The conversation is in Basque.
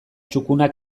txukuna